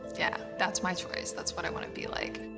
yeah, that's my choice. that's what i want to be like.